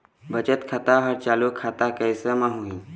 बचत खाता हर चालू खाता कैसे म होही?